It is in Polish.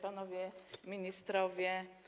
Panowie Ministrowie!